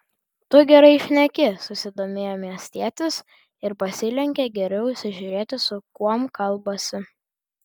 tu gerai šneki susidomėjo miestietis ir pasilenkė geriau įsižiūrėti su kuom kalbasi